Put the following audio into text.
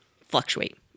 fluctuate